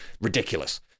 Ridiculous